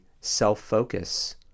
self-focus